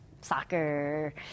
soccer